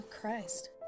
Christ